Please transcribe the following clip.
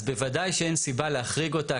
אז בוודאי שאין סיבה להחריג אותה.